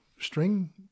string